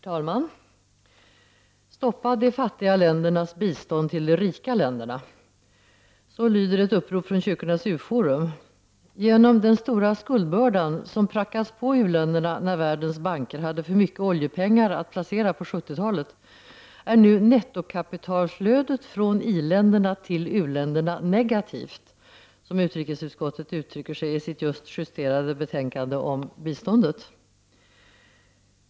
Herr talman! Stoppa de fattiga ländernas bistånd till de rika länderna! Så lyder ett upprop från Kyrkornas U-forum. Genom den stora skuldbördan, som prackats på u-länderna när världens banker hade för mycket oljepengar att placera på 70-talet, är nu nettokapitalflödet från i-länderna till u-länderna negativt, som utrikesutskottet uttrycker sig i sitt just justerade betänkande om biståndet.